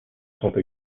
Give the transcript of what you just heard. sont